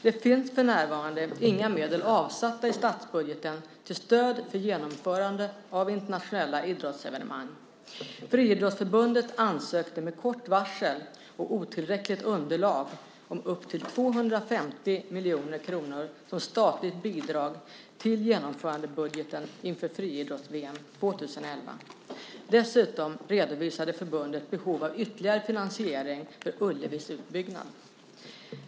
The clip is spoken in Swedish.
Det finns för närvarande inga medel avsatta i statsbudgeten till stöd för genomförande av internationella idrottsevenemang. Friidrottsförbundet ansökte med kort varsel och otillräckligt underlag om upp till 250 miljoner kronor som statligt bidrag till genomförandebudgeten inför Friidrotts-VM 2011. Dessutom redovisade förbundet behov av ytterligare finansiering för Ullevis utbyggnad.